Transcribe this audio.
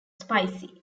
spicy